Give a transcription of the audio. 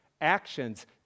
actions